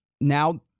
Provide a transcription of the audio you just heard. now